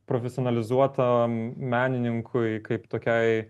profesionalizuotam menininkui kaip tokiai